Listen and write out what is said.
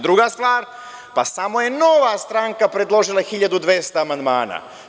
Druga stvar, pa samo je Nova stranka predložila 1200 amandmana.